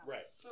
Right